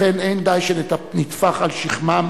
לכן, לא די שנטפח על שכמם.